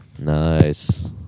Nice